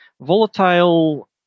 volatile